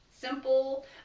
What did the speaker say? simple